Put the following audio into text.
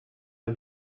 der